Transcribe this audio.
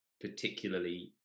particularly